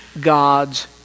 God's